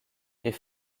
est